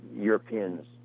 Europeans